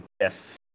yes